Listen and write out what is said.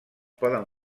poden